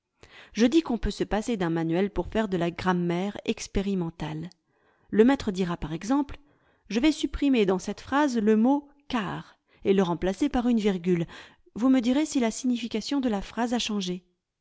je dis qu'on peut se passer d'un manuel pour faire de la grammaire expérimentale le maîtra dira par exemple je vais supprimer dans cette phrase le mot car et le remplacer par une virgule vous me direz si la signification de la phrase a changé